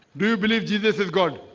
do you believe jesus is god?